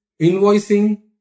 invoicing